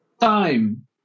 time